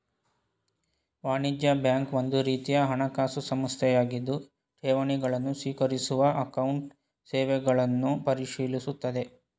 ವಾಣಿಜ್ಯ ಬ್ಯಾಂಕ್ ಒಂದುರೀತಿಯ ಹಣಕಾಸು ಸಂಸ್ಥೆಯಾಗಿದ್ದು ಠೇವಣಿ ಗಳನ್ನು ಸ್ವೀಕರಿಸುವ ಅಕೌಂಟ್ ಸೇವೆಗಳನ್ನು ಪರಿಶೀಲಿಸುತ್ತದೆ